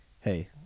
hey